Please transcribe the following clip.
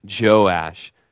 Joash